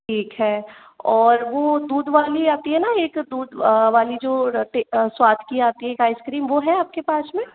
ठीक है और वो दूध वाली आती है न एक दूध वाली जो स्वाद की आती है एक आइसक्रीम वह है आपके पास में